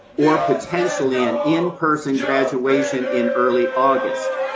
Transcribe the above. or potentially an in-person graduation in early august.